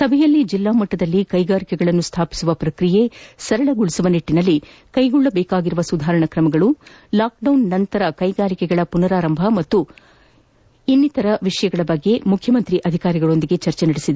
ಸಭೆಯಲ್ಲಿ ಜಿಲ್ಲಾ ಮಟ್ಟದಲ್ಲಿ ಕೈಗಾರಿಗಳನ್ನು ಸ್ಥಾಪಿಸುವ ಪ್ರಕ್ರಿಯೆ ಸರಳಗೊಳಿಸುವ ನಿಟ್ಟಿನಲ್ಲಿ ಕೈಗೊಳ್ಳಬೇಕಾದ ಸುಧಾರಣಾ ಕ್ರಮಗಳು ಲಾಕ್ಡೌನ್ ಬಳಿಕ ಕೈಗಾರಿಕೆಗಳ ಪುನರಾರಂಭ ಹಾಗೂ ಮತ್ತಿತರ ವಿಷಯಗಳ ಬಗ್ಗೆ ಮುಖ್ಯಮಂತ್ರಿ ಅಧಿಕಾರಿಗಳೊಂದಿಗೆ ಚರ್ಚೆ ನಡೆಸಿದರು